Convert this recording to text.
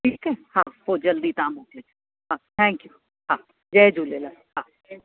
ठीकु आहे हा पोइ जल्दी तव्हां मोकिले छॾ हा थैंक यू हा जय झूलेलाल हा जय